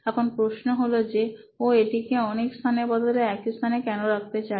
এখন প্রশ্ন হল যে ও এটিকে অনেক স্থানের বদলে একই স্থানে কেন রাখতে চায়